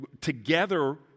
together